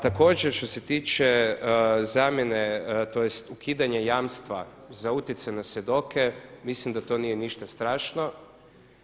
Također što se tiče zamjene tj. ukidanja jamstva za utjecaj na svjedoke, mislim da to nije ništa strašno.